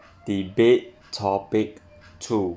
debate topic two